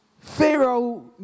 Pharaoh